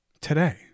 today